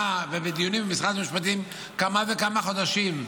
ובדיונים עם משרד המשפטים כמה וכמה חודשים,